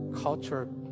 culture